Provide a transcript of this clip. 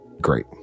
great